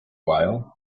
while